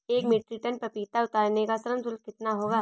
एक metric ton पपीता उतारने का श्रम शुल्क कितना होगा?